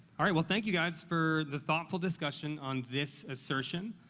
all right, well, thank you guys for the thoughtful discussion on this assertion.